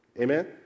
Amen